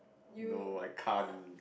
no I can't